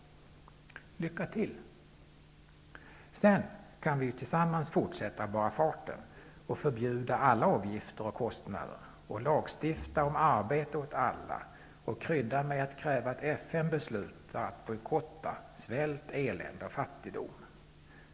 Lycka till! Därefter kan vi tillsammans fortsätta av bara farten och förbjuda alla avgifter och kostnader, lagstifta om arbete åt alla och krydda det hela genom att kräva att FN beslutar att bojkotta svält, elände och fattigdom.